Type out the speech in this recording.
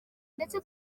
ndetse